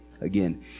again